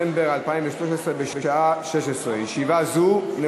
29, אין